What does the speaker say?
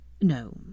No